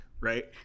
right